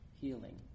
healing